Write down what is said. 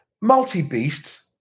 Multi-beast